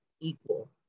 equal